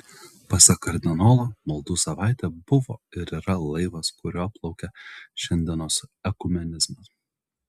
pasak kardinolo maldų savaitė buvo ir yra laivas kuriuo plaukia šiandienos ekumenizmas